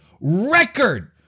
record